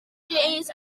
days